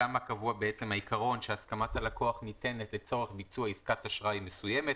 שבו קבוע העיקרון שהסכמת הלקוח ניתנת לצורך ביצוע עסקת אשראי מסוימת.